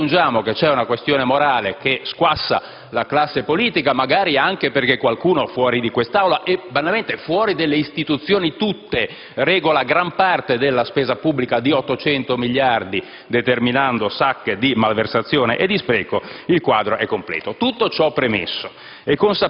Se poi aggiungiamo che c'è una questione morale che squassa la classe politica, magari anche perché qualcuno fuori di questa Aula e fuori delle istituzioni, tutte, regola gran parte della spesa pubblica, di 800 miliardi, determinando sacche di malversazione e di spreco, il quadro è completo. Tutto ciò premesso,